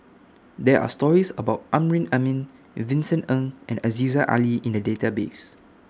There Are stories about Amrin Amin Vincent Ng and Aziza Ali in The Database